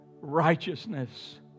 righteousness